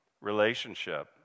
relationship